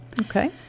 Okay